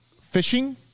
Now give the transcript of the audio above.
fishing